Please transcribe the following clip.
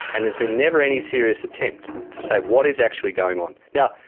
and there's been never any serious attempt to say what is actually going on. now,